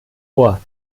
ohr